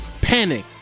panic